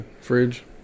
fridge